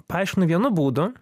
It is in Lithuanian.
paaiškinu vienu būdu